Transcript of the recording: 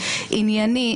ענייני,